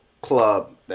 club